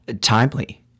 Timely